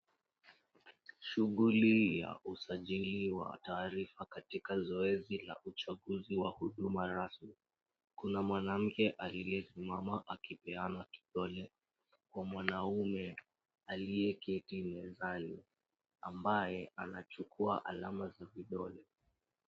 Shughuli ya usajili wa taarifa katika zoezi la uchaguzi wa huduma rasmi, kuna mwanamke aliyesimama akipeana kidole kwa mwanaume aliyeketi mezani ambaye anachukua alama za vidole.